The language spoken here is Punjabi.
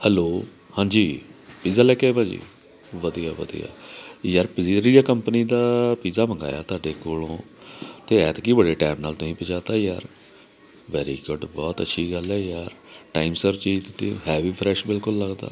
ਹੈਲੋ ਹਾਂਜੀ ਪੀਜ਼ਾ ਲੈ ਕੇ ਆਏ ਭਾਅ ਜੀ ਵਧੀਆ ਵਧੀਆ ਯਾਰ ਪਜ਼ੀਰੀਆ ਕੰਪਨੀ ਦਾ ਪੀਜ਼ਾ ਮੰਗਵਾਇਆ ਤੁਹਾਡੇ ਕੋਲੋਂ ਅਤੇ ਐਤਕੀ ਬੜੇ ਟਾਈਮ ਨਾਲ ਤੁਸੀਂ ਪਹੁੰਚਾ ਤਾ ਯਾਰ ਵੈਰੀ ਗੁੱਡ ਬਹੁਤ ਅੱਛੀ ਗੱਲ ਹੈ ਯਾਰ ਟਾਈਮ ਸਿਰ ਚੀਜ਼ ਦਿੱਤੀ ਹੈ ਵੀ ਫਰੈਸ਼ ਬਿਲਕੁਲ ਲੱਗਦਾ